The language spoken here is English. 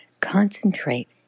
Concentrate